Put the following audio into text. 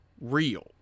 real